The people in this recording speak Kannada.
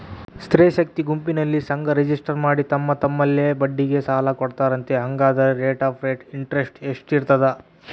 ಸ್ತ್ರೇ ಶಕ್ತಿ ಗುಂಪಿನಲ್ಲಿ ಸಂಘ ರಿಜಿಸ್ಟರ್ ಮಾಡಿ ತಮ್ಮ ತಮ್ಮಲ್ಲೇ ಬಡ್ಡಿಗೆ ಸಾಲ ಕೊಡ್ತಾರಂತೆ, ಹಂಗಾದರೆ ರೇಟ್ ಆಫ್ ಇಂಟರೆಸ್ಟ್ ಎಷ್ಟಿರ್ತದ?